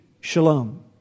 shalom